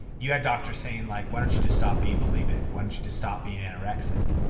you had doctors saying, like why don't you just stop being bulemic. why don't you just stop being anorexic.